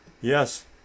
yes